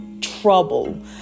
trouble